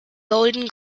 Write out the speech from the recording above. golden